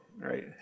right